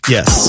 Yes